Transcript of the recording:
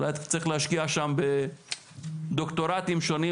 אולי אתה צריך להשקיע שם בדוקטורטים שונים,